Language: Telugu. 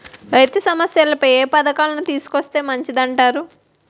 రైతు సమస్యలపై ఏ పథకాలను తీసుకొస్తే మంచిదంటారు?